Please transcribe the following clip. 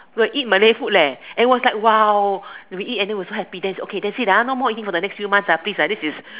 we'll eat Malay food leh and it was like !wow! we eat and then we were so happy then okay that's it ah no more eating for the next few months ah please this is